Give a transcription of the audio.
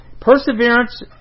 Perseverance